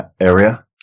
area